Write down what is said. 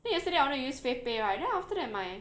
then yesterday I wanna use wave pay right then after that my